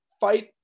fight